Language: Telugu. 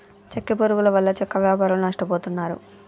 చెక్క పురుగుల వల్ల చెక్క వ్యాపారులు నష్టపోతున్నారు